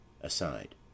aside